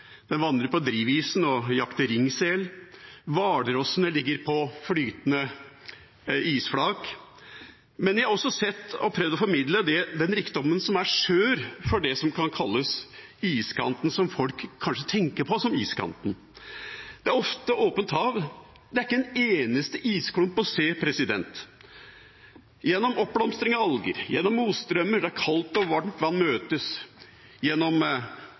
Den vandrer på drivisen og jakter ringsel. Hvalrossene ligger på flytende isflak. Men jeg har også sett og prøvd å formidle den rikdommen som er sør for det som kan kalles iskanten – det som folk kanskje tenker på som iskanten. Det er ofte åpent hav. Det er ikke en eneste isklump å se. Gjennom oppblomstring av alger, gjennom motstrømmer der kaldt og varmt vann møtes, gjennom